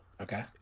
Okay